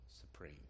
supreme